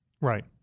Right